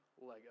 Lego